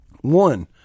One